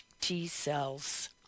T-cells